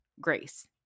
Grace